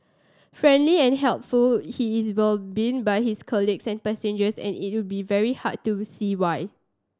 friendly and helpful he is well been by his colleagues and passengers and it'll be very hard to see why